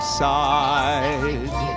side